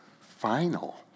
final